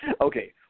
Okay